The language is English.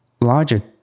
logic